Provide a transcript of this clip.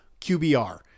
QBR